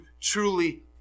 truly